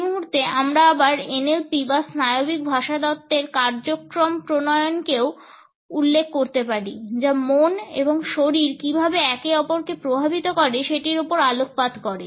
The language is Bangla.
এই মুহুর্তে আমরা আবার NLP বা স্নায়বিক ভাষাতত্ত্বের কার্যক্রমপ্রণয়নকেও উল্লেখ করতে পারি যা মন এবং শরীর কীভাবে একে অপরকে প্রভাবিত করে সেটির উপর আলোকপাত করে